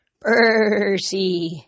Percy